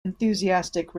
enthusiastic